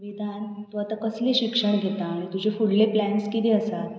तूं आतां कसली शिक्षण घेता तुजे फुडले प्लेन्स कितें आसात